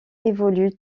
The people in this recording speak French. évolue